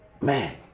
man